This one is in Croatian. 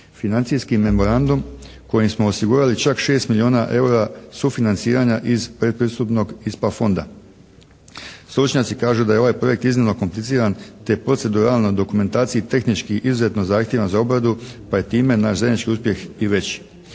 financijski memorandum kojim smo osigurali čak 6 milijuna EUR-a sufinanciranja iz predpristupnog ISPA fonda. Stručnjaci kažu da je ovaj projekt iznimno kompliciran te proceduralno dokumentaciji i tehnički izuzetno zahtjevan za obradu pa je time naš zajednički uspjeh i veći.